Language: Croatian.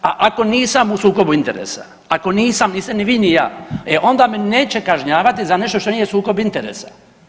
A ako nisam u sukobu interesa, ako nisam niste ni vi ni ja, e onda me neće kažnjavati za nešto što nije sukob interesa.